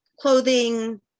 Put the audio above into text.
clothing